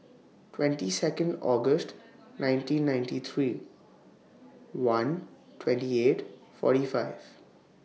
twenty Second August nineteen ninety three one twenty eight forty five